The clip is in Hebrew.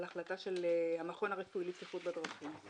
החלטה של המכון הרפואי לבטיחות בדרכים.